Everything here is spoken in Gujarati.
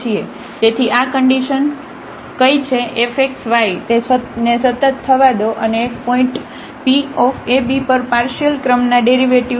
તેથી આ કન્ડિશન કઈ છે f એક્સ વાય ને સતત થવા દો અને એક પોઇન્ટ પી ab પર પાર્શિયલ ક્રમના ડેરિવેટિવ્ઝ છે